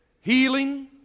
healing